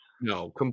no